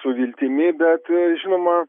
su viltimi bet žinoma